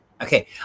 Okay